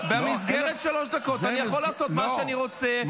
במסגרת שלוש דקות אני יכול לעשות מה שאני רוצה,